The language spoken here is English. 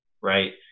right